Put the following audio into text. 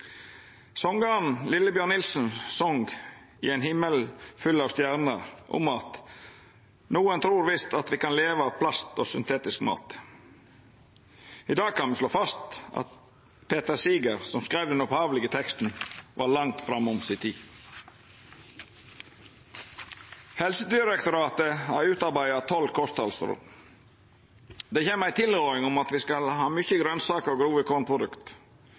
Songaren Lillebjørn Nilsen song i «Barn av regnbuen» om at «noen tror at vi kan leve av plast og syntetisk mat». I dag kan me slå fast at Pete Seeger, som skreiv den opphavlege teksten, var langt framom tida si. Helsedirektoratet har utarbeidd tolv kosthaldsråd. Dei kjem med ei tilråding om at me skal ha mykje grønsaker og grove kornprodukt,